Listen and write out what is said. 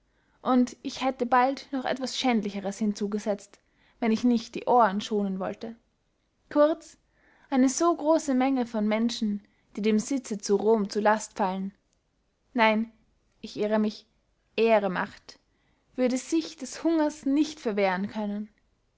und ich hätte bald noch etwas schändlichers hinzugesetzt wenn ich nicht die ohren schonen wollte kurz eine so grosse menge von menschen die dem sitze zu rom zur last fällt nein ich irre mich ehre macht würde sich des hungers nicht verwehren können